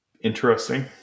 interesting